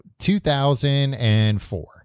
2004